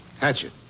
Hatchet